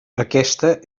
aquesta